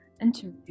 interview